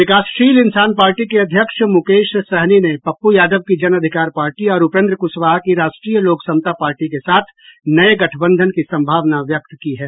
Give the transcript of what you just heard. विकासशील इंसान पार्टी के अध्यक्ष मुकेश सहनी ने पप्पू यादव की जन अधिकार पार्टी और उपेन्द्र कुशवाहा की राष्ट्रीय लोक समता पार्टी के साथ नये गठबंधन की सम्भावना व्यक्त की है